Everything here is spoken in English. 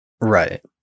right